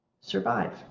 survive